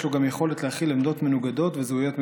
יש לו גם יכולת להכיל עמדות מנוגדות וזהויות מגוונות.